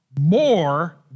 more